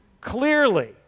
Clearly